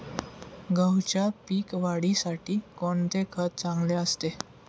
गहूच्या पीक वाढीसाठी कोणते खत चांगले असते?